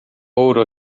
ouro